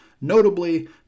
Notably